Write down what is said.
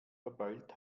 verbeult